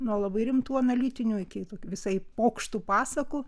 nuo labai rimtų analitinių iki visaip pokštų pasakų